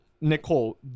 Nicole